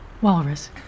Walrus